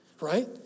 right